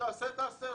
יעשה יעשה,